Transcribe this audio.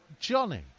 Johnny